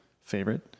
favorite